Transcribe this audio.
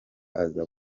aza